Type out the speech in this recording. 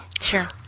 Sure